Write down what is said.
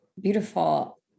beautiful